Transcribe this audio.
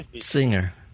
singer